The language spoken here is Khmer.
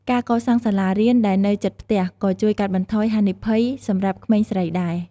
ការកសាងសាលារៀនដែលនៅជិតផ្ទះក៏ជួយកាត់បន្ថយហានិភ័យសម្រាប់ក្មេងស្រីដែរ។